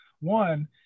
one